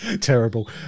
terrible